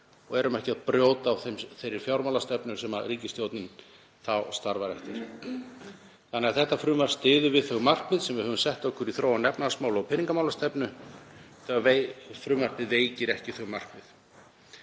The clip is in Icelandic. og erum ekki að brjóta á þeirri fjármálastefnu sem ríkisstjórnin þá starfar eftir. Þetta frumvarp styður við þau markmið sem við höfum sett okkur í þróun efnahagsmála og peningamálastefnu, frumvarpið veikir ekki þau markmið.